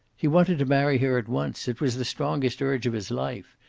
he wanted to marry her at once. it was the strongest urge of his life,